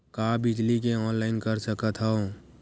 का बिजली के ऑनलाइन कर सकत हव?